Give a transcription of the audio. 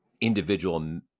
individual